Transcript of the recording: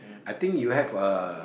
I think you have a